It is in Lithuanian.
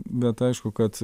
bet aišku kad